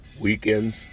Weekends